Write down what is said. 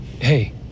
Hey